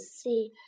see